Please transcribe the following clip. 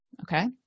Okay